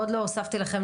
ועוד לא הוספתי לכם,